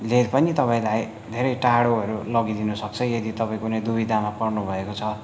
ले पनि तपाईँलाई धेरै टाढोहरू लगिदिनु सक्छ यदि तपाईँ कुनै दुविधामा पर्नु भएको छ